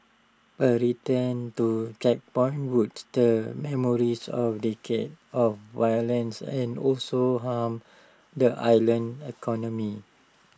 A return to checkpoints would stir memories of decades of violence and also harm the island's economy